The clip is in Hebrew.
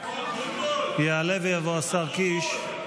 יעלה ויבוא השר קיש.